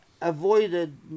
avoided